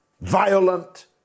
violent